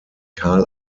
karl